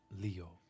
Leo